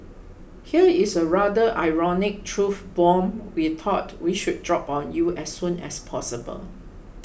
here is a rather ironic truth bomb we thought we should drop on you as soon as possible